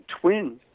twin